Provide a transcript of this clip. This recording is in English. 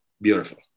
Beautiful